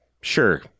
Sure